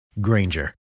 Granger